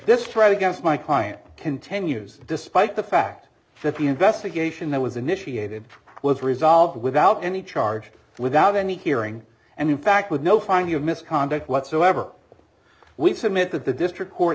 this threat against my client continues despite the fact that the investigation that was initiated was resolved without any charge without any hearing and in fact with no finally of misconduct whatsoever we submit that the district court